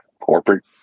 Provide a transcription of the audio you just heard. corporate